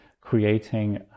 creating